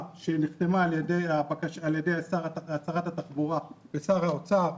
שנחתמה על ידי שרת התחבורה ושר האוצר,